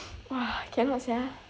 !wah! cannot sia